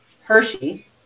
Hershey